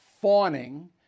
fawning